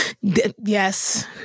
Yes